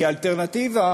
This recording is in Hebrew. כי האלטרנטיבה